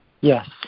Yes